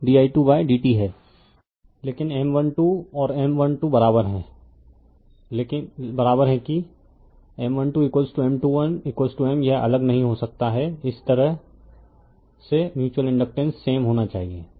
refer slide time 0549 लेकिन M12 और M12 बराबर है कि M12M21 M यह अलग नहीं हो सकता है इस तरह से म्यूच्यूअल इंडकटेन्स सेम होना चाहिए